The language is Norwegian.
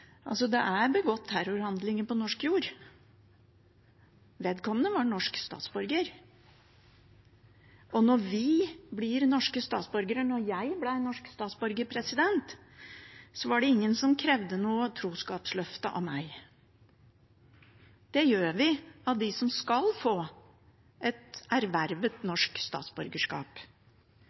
Det er begått terrorhandlinger på norsk jord. Vedkommende var norsk statsborger. Da jeg ble norsk statsborger, var det ingen som krevde noe troskapsløfte av meg. Det gjør vi av dem som skal erverve et norsk statsborgerskap.